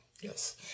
Yes